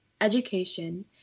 education